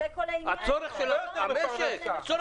הצורך של המשק.